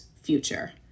future